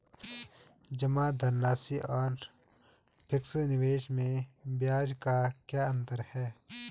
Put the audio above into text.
जमा धनराशि और फिक्स निवेश में ब्याज का क्या अंतर है?